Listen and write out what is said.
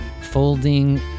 folding